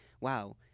wow